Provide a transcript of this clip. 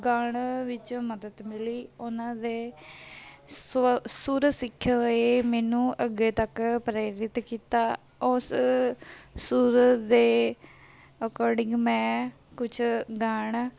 ਗਾਉਣ ਵਿੱਚ ਮਦਦ ਮਿਲੀ ਉਹਨਾਂ ਦੇ ਸਵਰ ਸੁਰ ਸਿੱਖੇ ਹੋਏ ਮੈਨੂੰ ਅੱਗੇ ਤੱਕ ਪ੍ਰੇਰਿਤ ਕੀਤਾ ਉਸ ਸੁਰ ਦੇ ਅਕੋਰਡਿੰਗ ਮੈਂ ਕੁਛ ਗਾਣ